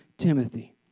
Timothy